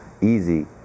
easy